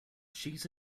cheese